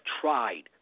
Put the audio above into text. tried